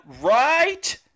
right